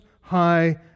High